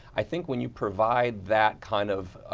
i think when you provide that kind of